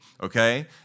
okay